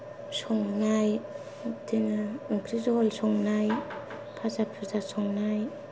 संनाय बिदिनो ओंख्रि जहल संनाय फाजा फुजा संनाय